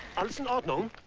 altenwald um